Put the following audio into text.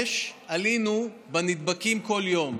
עלינו בנדבקים פי 25 כל יום,